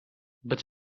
but